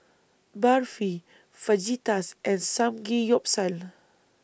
Barfi Fajitas and Samgeyopsal